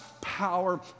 power